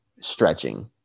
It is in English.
stretching